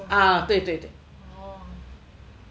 ah 对对对